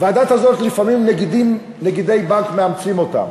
והדת הזאת, לפעמים נגידי בנק מאמצים אותה.